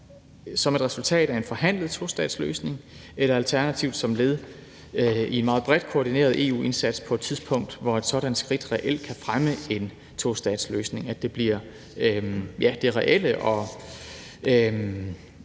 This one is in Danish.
som et resultat af en forhandlet tostatsløsning eller alternativt som led i en meget bredt koordineret EU-indsats og på et tidspunkt, hvor et sådant skridt reelt kan fremme en tostatsløsning, og hvor det mere bliver den reelle og